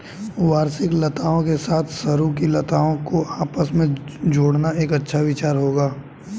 वार्षिक लताओं के साथ सरू की लताओं को आपस में जोड़ना एक अच्छा विचार होगा